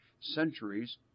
centuries